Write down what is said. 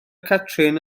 catrin